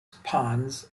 ponds